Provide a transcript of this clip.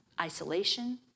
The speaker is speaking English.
isolation